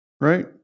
right